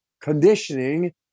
conditioning